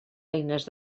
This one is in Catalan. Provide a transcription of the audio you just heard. eines